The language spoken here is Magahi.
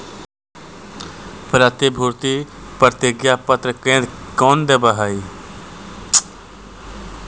प्रतिभूति प्रतिज्ञा पत्र कौन देवअ हई